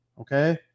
Okay